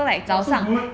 oh so weird